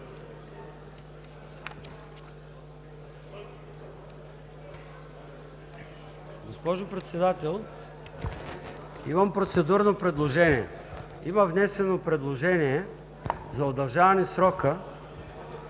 Госпожо Председател, имам процедурно предложение. Има внесено предложение за удължаване срока